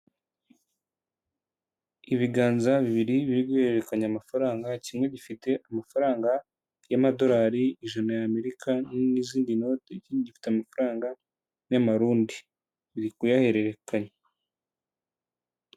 Ibiganza bibiri biri guhererekanya amafaranga kimwe gifite amafaranga y'amadolari ijana y'Amerika n'izindi note, ikindi gifite amafaranga y'amarundi biri kuyahererekanya.